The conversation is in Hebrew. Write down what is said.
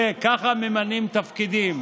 ככה מממנים לתפקידים